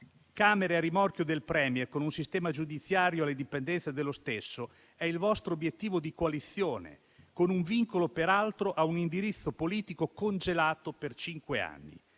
Camere a rimorchio del *Premier* con un sistema giudiziario alle dipendenze dello stesso: è questo il vostro obiettivo di coalizione, con un vincolo, peraltro, a un indirizzo politico congelato per cinque anni.